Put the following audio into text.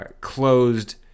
closed